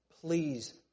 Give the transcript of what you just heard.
Please